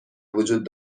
وجود